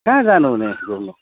कहाँ जानुहुने घुम्नु